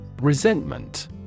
Resentment